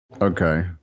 Okay